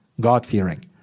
God-fearing